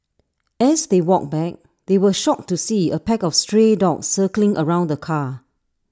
as they walked back they were shocked to see A pack of stray dogs circling around the car